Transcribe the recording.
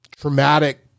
traumatic